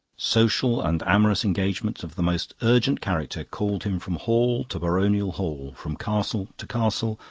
social and amorous engagements of the most urgent character called him from hall to baronial hall, from castle to castle,